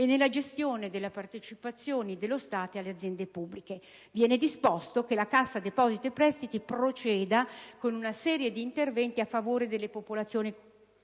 e nella gestione della partecipazione dello Stato alle aziende pubbliche. Viene disposto che la Cassa depositi e prestiti proceda con una serie di interventi a favore delle popolazioni colpite